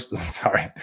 Sorry